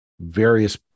various